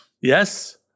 Yes